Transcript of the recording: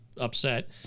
upset